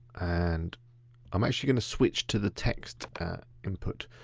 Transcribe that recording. and i'm actually gonna switch to the text input.